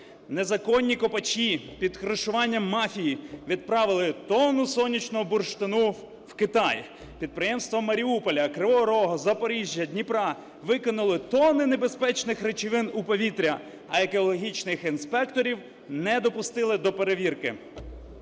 незаконні копачі під кришуванням мафії відправили тону сонячного бурштину в Китай; підприємства Маріуполя, Кривого Рогу, Запоріжжя, Дніпра викинули тонни небезпечних речовин у повітря, а екологічних інспекторів не допустили до перевірки;